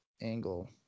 angle